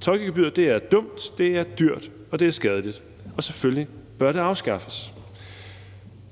Tolkegebyret er dumt, det er dyrt, og det er skadeligt, og selvfølgelig bør det afskaffes.